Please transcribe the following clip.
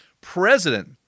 president